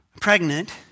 pregnant